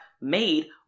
made